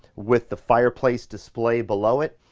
with the fireplace display below it.